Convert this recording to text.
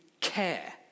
care